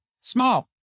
Small